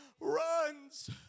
runs